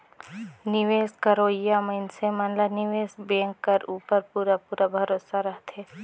निवेस करोइया मइनसे मन ला निवेस बेंक कर उपर पूरा पूरा भरोसा रहथे